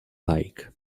bike